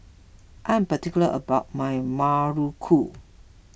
I'm particular about my Muruku